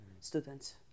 students